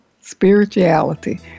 spirituality